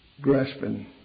grasping